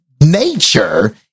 nature